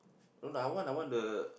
no lah I want I want the